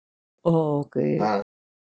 oh okay